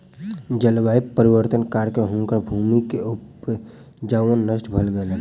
जलवायु परिवर्तनक कारणेँ हुनकर भूमि के उपजाऊपन नष्ट भ गेलैन